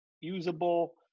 usable